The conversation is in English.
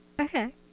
Okay